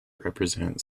represent